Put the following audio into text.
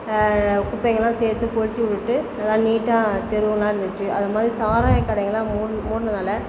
குப்பைகள் எல்லாம் சேர்த்து போட்டுவிட்டு நல்ல நீட்டாக தெருவெல்லாம் இருந்துச்சு அது மாதிரி சாரையாக கடை எல்லாம் மூடி மூடுனதுன்னா